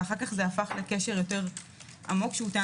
ואחר כך זה הפך לקשר יותר עמוק שהוא טען